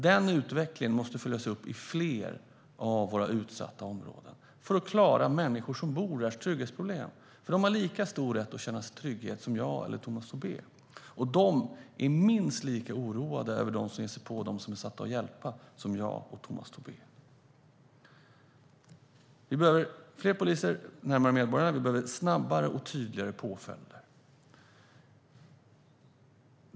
Denna utveckling måste följas upp i fler av våra utsatta områden för att lösa trygghetproblemen för de människor som bor där. De har lika stor rätt att känna trygghet som jag eller Tomas Tobé har. De är minst lika oroade över dem som ger sig på dem som är satta att hjälpa som jag och Tomas Tobé är. Vi behöver fler poliser närmare medborgarna. Vi behöver snabbare och tydligare påföljder.